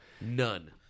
None